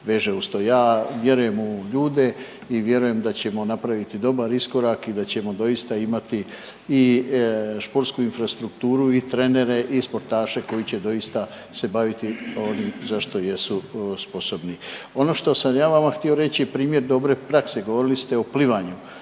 Ja vjerujem u ljude i vjerujem da ćemo napraviti dobar iskorak i da ćemo doista imati i športsku infrastrukturu i trenere i sportaše koji će doista se baviti onim za što jesu sposobni. Ono što sam ja vama htio reći je primjer dobre prakse. Govorili ste o plivanju,